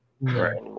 Right